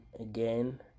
again